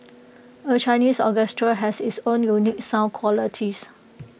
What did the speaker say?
A Chinese orchestra has its own unique sound qualities